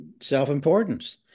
self-importance